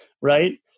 right